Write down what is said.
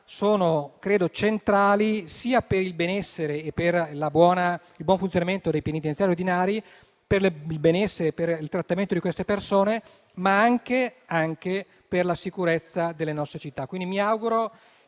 sono centrali per il benessere e per il buon funzionamento dei penitenziari ordinari, per il benessere e per il trattamento di queste persone, ma anche per la sicurezza delle nostre città.